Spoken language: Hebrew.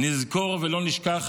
נזכור ולא נשכח